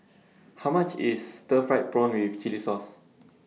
How much IS Stir Fried Prawn with Chili Sauce